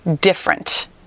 different